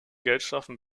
geldstrafen